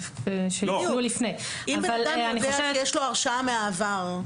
אם אדם זוכר שיש לו הרשעה מהעבר,